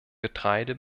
getreide